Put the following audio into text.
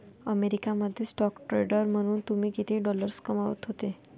America मध्ये stock trader म्हणून तुम्ही किती डॉलर्स कमावत होते